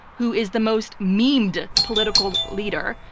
who is the most memed political leader.